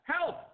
Help